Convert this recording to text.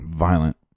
violent